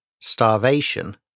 starvation